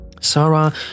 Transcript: Sarah